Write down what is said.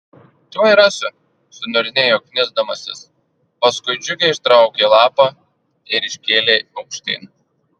tuoj rasiu suniurnėjo knisdamasis paskui džiugiai ištraukė lapą ir iškėlė aukštyn